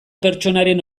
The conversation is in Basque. pertsonaren